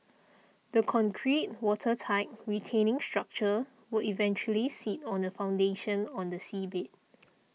the concrete watertight retaining structure will eventually sit on a foundation on the seabed